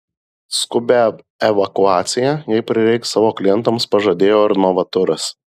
skubią evakuaciją jei prireiks savo klientams pažadėjo ir novaturas